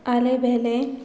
आलें बेले